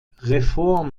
reform